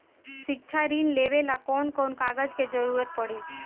शिक्षा ऋण लेवेला कौन कौन कागज के जरुरत पड़ी?